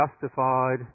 justified